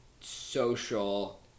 social